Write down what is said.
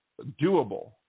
doable